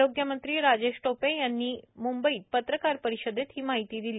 आरोग्य मंत्री राजेश टोपे यांनी मुंबईत पत्रकार परिषदेत ही माहिती दिली